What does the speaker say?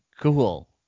cool